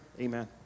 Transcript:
Amen